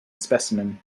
specimen